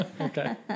Okay